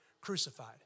crucified